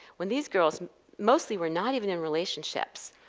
when these girls mostly were not even in relationships,